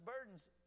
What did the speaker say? burdens